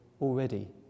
already